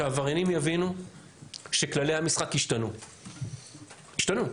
שהעבריינים יבינו שכללי המשחק השתנו, השתנו.